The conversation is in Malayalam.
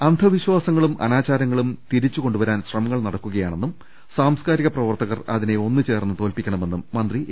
അന്ധവിശ്വാസങ്ങളും അനാചാരങ്ങളും തിരിച്ച് കൊണ്ടുവരാൻ ശ്രമങ്ങൾ നടക്കുകയാണെന്നും സാംസ്കാരിക പ്രവർത്തകർ അതിനെ ഒന്നുചേർന്ന് തോൽപ്പിക്കണമെന്നും മന്ത്രി എ